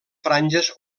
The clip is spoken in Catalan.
franges